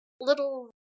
little